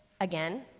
again